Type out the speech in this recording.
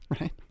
Right